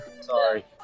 sorry